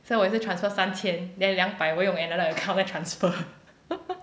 so 我也是 transfer 三千 then 两百我用 another account 来 transfer